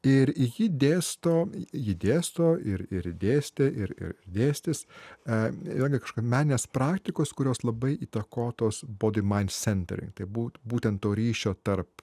ir ji dėsto ji dėsto ir ir dėstė ir ir dėstys a velgi kažkokią meninės praktikos kurios labai įtakotos body mind centering būti būtent to ryšio tarp